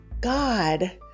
God